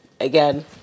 again